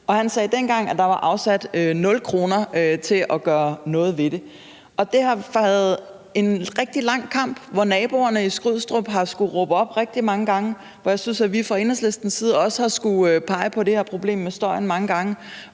han sagde dengang, at der var afsat 0 kr. til at gøre noget ved det. Derfor har det været en rigtig lang kamp, hvor naboerne til Skrydstrup har skullet råbe op rigtig mange gange, og hvor vi fra Enhedslistens side også har skullet pege på det her problem med støjen mange gange,